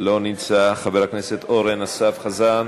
לא נמצא, חבר הכנסת אורן אסף חזן,